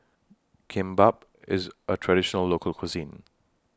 Kimbap IS A Traditional Local Cuisine